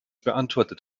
beantwortet